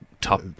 top